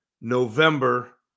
November